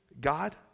God